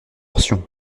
portion